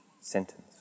sentence